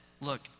look